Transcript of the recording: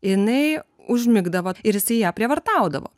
jinai užmigdavo ir jisai ją prievartaudavo